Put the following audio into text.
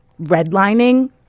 redlining